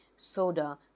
soda